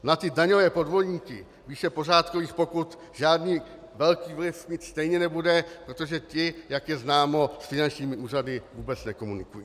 Na daňové podvodníky výše pořádkových pokut žádný velký vliv mít stejně nebude, protože ti, jak je známo, s finančními úřady vůbec nekomunikují.